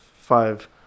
Five